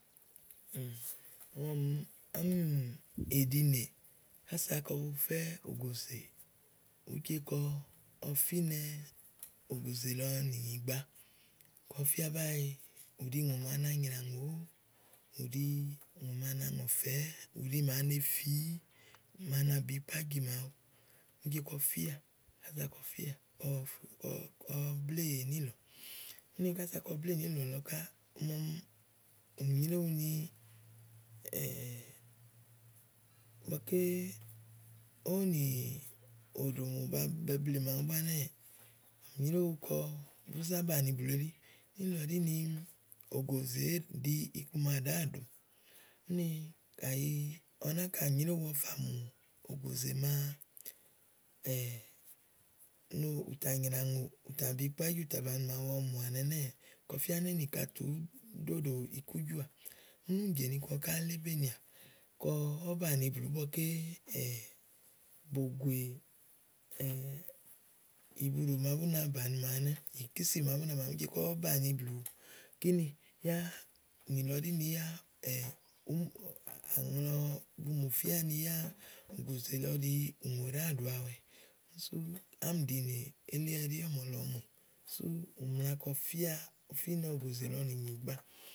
ɔmi ɔmi ìɖinèè, ása kɔ bu fɛ́ ògòzèè, ùú je ni kɔ fínɛ ògòzè lɔ nìnyìgba, kɔ fía báe ù ɖi ùŋò màa na nyrà ùŋòó, ù ɖi ùŋò màa na ŋɔ̀fɛ̀ɛ́, ùɖi ùŋò màa ne fií. ùŋò màa na bù ikpájì màawu ùú je kɔ fíà ása kɔ fɛ́à, kɔ, kɔ, kɔ bléè níìlɔ úni kása kɔ bléè níìlɔ lɔ ká ɔmi, ɔ̀mi nyréwu ni ígbɔké ówò ni òɖòmò bu be bleè màawu bu ɛnɛ́ɛ̀, ì nyréwu kɔ bu zá banìi blù elí níìlɔ ɖí ni ògòzè èé ɖi ikuma ɖàáà ɖo úni kàyi ɔwɔ náka nyrèéwu ɔwɔ fà mù ógòzè màa no, ùtà nyrà ùŋòò, ùtà bù ikpájì, ù tà bàni màawu ɔwɔ fà mùà nɛnɛ́ɛ̀, kɔ fía ni éènìka tù ùú ɖoɖò ikujɔ̀à. úni uni jè ni kɔ ɔwɔ ká lébènìà, kɔ ɔ̀ banìi blù ígbɔké bògòè ɛ̀budò màa bú na bàni màawu ɛnɛ́, ikísì màa bú na bàni, ùú je kɔ̀ banìi blù kínì yá nìlɔ ɖí ni yá à ŋlɔ bu mùfía ni yá ògòzè lɔ ɖìí ùŋò ɖàá ɖòaɔwɛ. úni sú ámìɖinè elí ɛɖí ɔ̀mɔ̀lɔ̀ mù, sú ù mla ni kɔ fínɛ ògòzé lɔ nìnyìgba.